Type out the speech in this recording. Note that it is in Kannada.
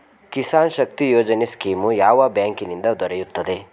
ಕಿಸಾನ್ ಶಕ್ತಿ ಯೋಜನೆ ಸ್ಕೀಮು ಯಾವ ಬ್ಯಾಂಕಿನಿಂದ ದೊರೆಯುತ್ತದೆ?